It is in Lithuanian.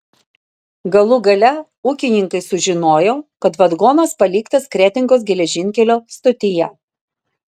galų gale ūkininkai sužinojo kad vagonas paliktas kretingos geležinkelio stotyje